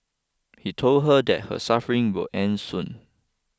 he told her that her suffering would end soon